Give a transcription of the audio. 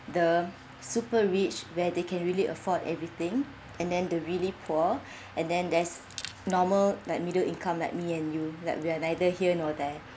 the super rich where they can really afford everything and then the really poor and then there's normal like middle income like me and you like we are neither here nor there